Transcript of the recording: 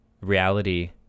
reality